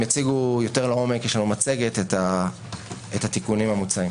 והם יציגו יותר לעומק את התיקונים המוצעים.